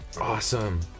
Awesome